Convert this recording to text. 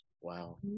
Wow